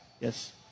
Yes